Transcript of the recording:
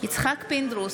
יצחק פינדרוס,